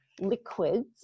liquids